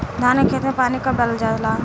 धान के खेत मे पानी कब डालल जा ला?